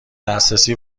دسترسی